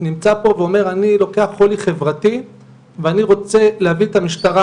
נמצא פה ואומר אני לוקח חולי חברתי ואני רוצה להביא את המשטרה,